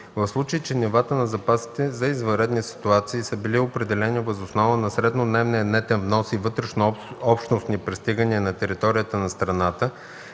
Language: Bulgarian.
В случай че нивата на запасите за извънредни ситуации са били определени въз основа на среднодневния нетен внос и вътрешнообщностни пристигания на територията на страната,